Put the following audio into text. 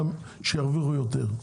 שירוויחו יותר.